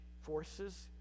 forces